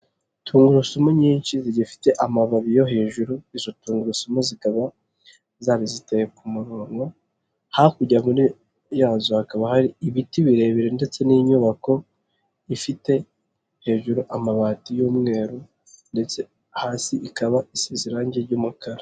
Tungurusumu nyinshi zigifite amababi yo hejuru, izo tungurusumu zikaba zari ziteye ku murongo hakurya yazo hakaba hari ibiti birebire ndetse n'inyubako ifite hejuru amabati y'umweru ndetse hasi ikaba isi irangi ry'umukara.